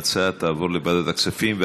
ההצעה תעבור לוועדת הכספים.